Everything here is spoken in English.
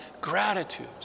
Gratitude